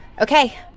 Okay